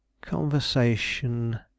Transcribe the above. conversation